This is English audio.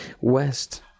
West